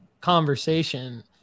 conversation